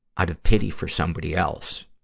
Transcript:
out of pity for somebody else,